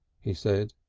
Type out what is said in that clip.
he said.